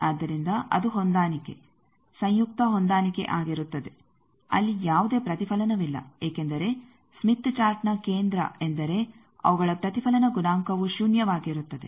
ಆದ್ದರಿಂದ ಅದು ಹೊಂದಾಣಿಕೆ ಸಂಯುಕ್ತ ಹೊಂದಾಣಿಕೆ ಆಗಿರುತ್ತದೆ ಅಲ್ಲಿ ಯಾವುದೇ ಪ್ರತಿಫಲನವಿಲ್ಲ ಏಕೆಂದರೆ ಸ್ಮಿತ್ ಚಾರ್ಟ್ನ ಕೇಂದ್ರ ಎಂದರೆ ಅವುಗಳ ಪ್ರತಿಫಲನ ಗುಣಾಂಕವು ಶೂನ್ಯವಾಗಿರುತ್ತದೆ